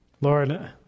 Lord